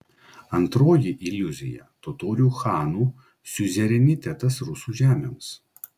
antroji iliuzija totorių chanų siuzerenitetas rusų žemėms